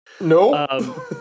no